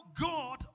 God